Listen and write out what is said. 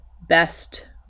best